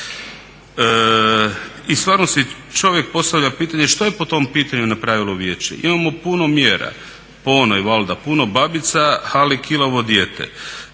I stvarno si čovjek postavlja pitanje što je po tom pitanju napravilo vijeće? Imamo puno mjera. Po onoj valjda puno babica ali kilavo dijete.